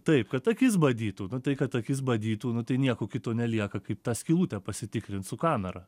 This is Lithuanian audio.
taip kad akis badytų nu tai kad akis badytų nu tai nieko kito nelieka kaip tą skylutę pasitikrint su kamera